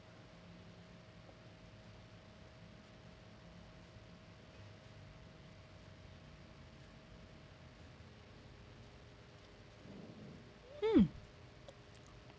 mm